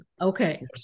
Okay